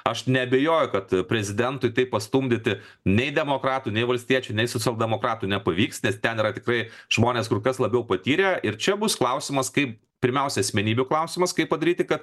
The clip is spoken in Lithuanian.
aš neabejoju kad prezidentui tai pastumdyti nei demokratų nei valstiečių nei socialdemokratų nepavyks nes ten yra tikrai žmonės kur kas labiau patyrę ir čia bus klausimas kaip pirmiausia asmenybių klausimas kaip padaryti kad